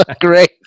Great